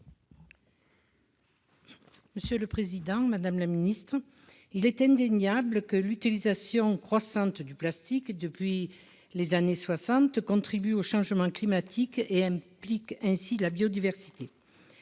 Monsieur le Président, Madame la Ministre, il est indéniable que l'utilisation croissante du plastique depuis les années 60 contribuent au changement climatique et implique ainsi la biodiversité